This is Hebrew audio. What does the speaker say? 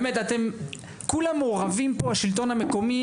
באמת אתם כולם מעורבים פה בשלטון המקומי